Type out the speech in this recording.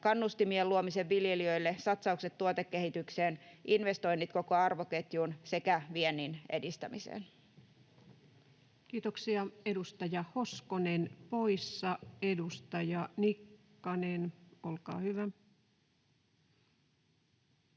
kannustimien luomisen viljelijöille, satsaukset tuotekehitykseen, investoinnit koko arvoketjuun sekä viennin edistämiseen. Kiitoksia. — Edustaja Hoskonen poissa. — Edustaja Nikkanen, olkaa hyvä.